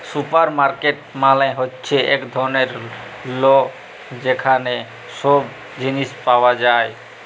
supermarket মালে হ্যচ্যে এক ধরলের ল যেখালে সব জিলিস পাওয়া যায়